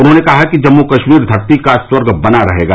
उन्होंने कहा कि जम्मू कश्मीर धरती का स्वर्ग बना रहेगा